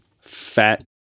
fat